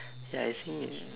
ya I think it